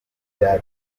tribert